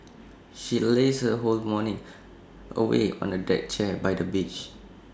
she lazed her whole morning away on A deck chair by the beach